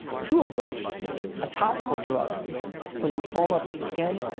two of which a topical drug for lymphoma of the skin